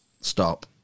stop